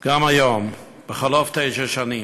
עמן גם היום, בחלוף תשע שנים.